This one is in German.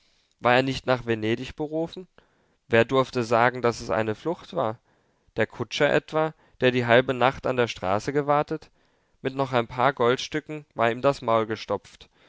war er nicht nach venedig berufen wer durfte sagen daß es eine flucht war der kutscher etwa der die halbe nacht an der straße gewartet mit noch ein paar goldstücken war ihm das maul gestopft